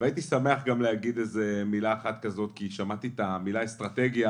הייתי שמח להגיד איזו מילה כי שמעתי את המילה "אסטרטגיה"